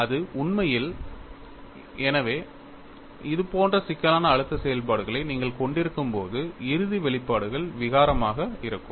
அது உண்மையில் எனவே இதுபோன்ற சிக்கலான அழுத்த செயல்பாடுகளை நீங்கள் கொண்டிருக்கும்போது இறுதி வெளிப்பாடுகள் விகாரமாக இருக்கும்